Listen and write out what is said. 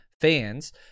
fans